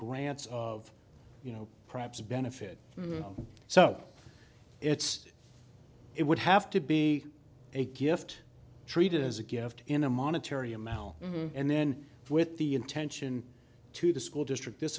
grants of you know perhaps a benefit so it's it would have to be a gift treated as a gift in a monetary amount and then with the intention to the school district this